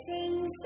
sings